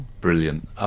brilliant